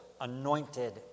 anointed